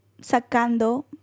sacando